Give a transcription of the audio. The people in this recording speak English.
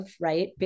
Right